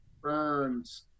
Burns